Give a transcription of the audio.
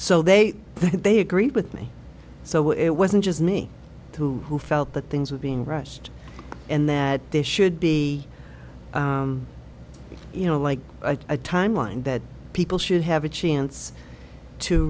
think they agreed with me so it wasn't just me who who felt that things were being rushed and that there should be you know like a timeline that people should have a chance to